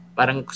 Parang